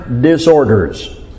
disorders